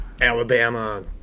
Alabama